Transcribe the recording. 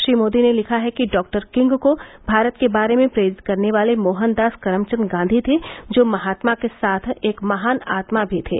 श्री मोदी ने लिखा है कि डॉक्टर किंग को भारत के बारे में प्रेरित करने वाले मोहनदास करमचंद गांधी थे जो महात्मा के साथ एक महान आत्मा भी थे